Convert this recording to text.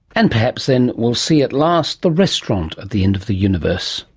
and perhaps then we'll see at last the restaurant at the end of the universe.